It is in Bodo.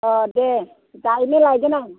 दे दाहायनो लायगोन आं